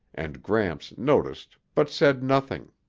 and gramps noticed but said nothing.